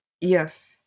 Yes